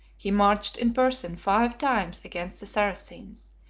he marched in person five times against the saracens,